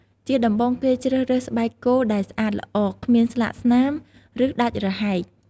ជាដំបូង គេជ្រើសរើសស្បែកគោដែលស្អាតល្អ គ្មានស្លាកស្នាម ឬដាច់រហែក។